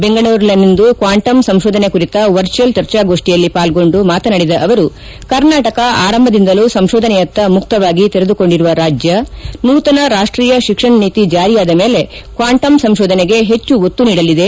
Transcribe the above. ಬೆಂಗಳೂರಿನಲ್ಲಿಂದು ಕ್ವಾಂಟಮ್ ಸಂಶೋಧನೆ ಕುರಿತ ವರ್ಚುಯಲ್ ಚರ್ಚಾಗೋಪ್ಠಿಯಲ್ಲಿ ಪಾಲ್ಗೊಂಡು ಮಾತನಾಡಿದ ಅವರು ಕರ್ನಾಟಕ ಆರಂಭದಿಂದಲೂ ಸಂಶೋಧನೆಯತ್ತ ಮುಕ್ತವಾಗಿ ತೆರೆದುಕೊಂಡಿರುವ ರಾಜ್ಯ ಸೂತನ ರಾಷ್ಟೀಯ ಶಿಕ್ಷಣ ನೀತಿ ಜಾರಿಯಾದ ಮೇಲೆ ಕ್ವಾಂಟಮ್ ಸಂಶೋಧನೆಗೆ ಹೆಚ್ಚು ಒತ್ತು ನೀಡಲಿದೆ